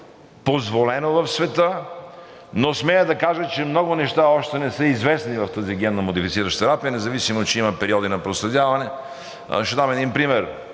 позволено е в света, но смея да кажа, че много неща още не са известни в тази генномодифицираща терапия, независимо че има периоди на проследяване. Ще дам един пример.